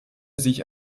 sich